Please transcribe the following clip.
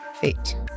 fate